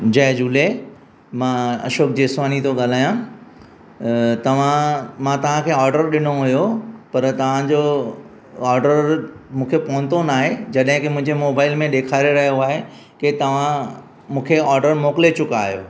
जय झूले मां अशोक जेसवाणी थो ॻाल्हायां अ तव्हां मां तव्हां खे ऑडर ॾिनो हुयो पर तव्हां जो ऑडर मूंखे पहुतो नाहे जॾहिं की मुंहिंजे मोबाइल में ॾेखारे रहियो आहे की तव्हां मूंखे ऑडर मोकले चुका आहियो